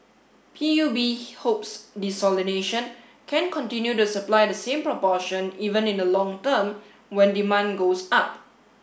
P U B hopes desalination can continue to supply the same proportion even in the long term when demand goes up